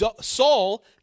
Saul